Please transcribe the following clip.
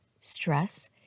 stress